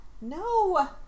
No